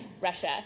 Russia